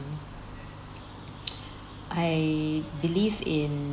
I believe in